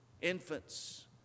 Infants